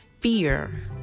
fear